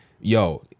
yo